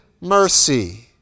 mercy